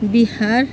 Bihar